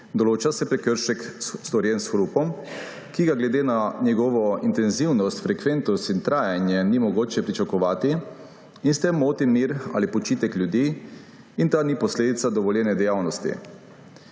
Določa se prekršek, storjen s hrupom, ki ga glede na njegovo intenzivnost, frekventnost in trajanje ni mogoče pričakovati in s tem moti mir ali počitek ljudi in ta ni posledica dovoljene dejavnosti.